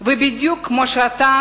כמו שאתה